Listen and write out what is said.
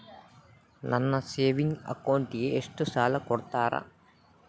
ನನ್ನ ಸೇವಿಂಗ್ ಅಕೌಂಟಿಗೆ ಎಷ್ಟು ಸಾಲ ಕೊಡ್ತಾರ?